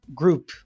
group